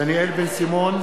אינו נוכח דניאל בן-סימון,